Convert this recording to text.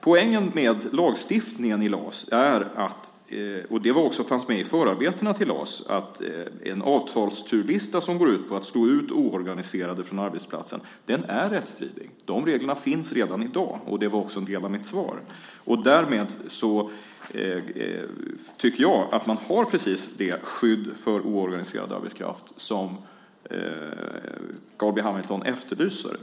Poängen med lagstiftningen i LAS - det fanns med i förarbetena till LAS - är att en avtalsturlista som går ut på att slå ut oorganiserade från arbetsplatsen är rättsstridig. De reglerna finns redan i dag. Det var också en del av mitt svar. Därmed tycker jag att man har precis det skydd för oorganiserad arbetskraft som Carl B Hamilton efterlyser.